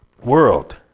world